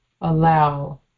allow